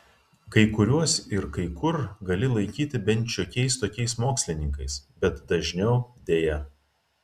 kai kuriuos ir kai kur gali laikyti bent šiokiais tokiais mokslininkais bet dažniau deja